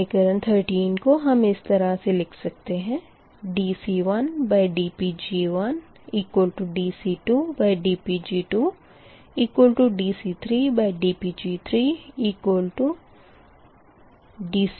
समीकरण 13 को हम इस तरह से लिख सकते हैdC1dPg1dC2dPg2dC3dPg3dCmdPgmλ